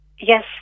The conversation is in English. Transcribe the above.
Yes